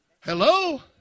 Hello